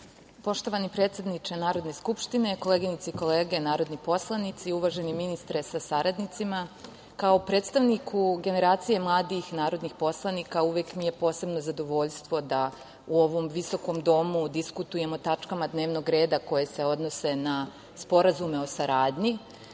Poštovani predsedniče Narodne skupštine, koleginice i kolege narodni poslanici, uvaženi ministre sa saradnicima, kao predstavniku generacije mladih narodnih poslanika uvek mi je posebno zadovoljstvo da u ovom visokom domu diskutujem o tačkama dnevnog reda koje se odnose na sporazume o saradnji,